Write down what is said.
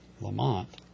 Lamont